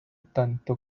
tanto